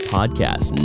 Podcast